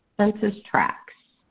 census tracts.